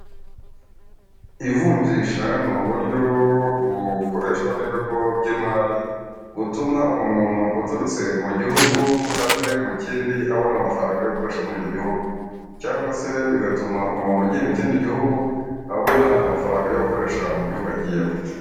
Ivunjisha ni uburyo bukoreshwa n'ibigo by'imari butuma umuntu uturutse mu gihugu aje mu kindi, abona amafaranga yo gukoresha muri icyo gihugu, cyangwa se bigatuma umuntu ugiye mu kindi gihugu abona amafaranga yo gukoresha mu gihugu agiyemo.